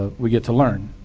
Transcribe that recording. ah we get to learn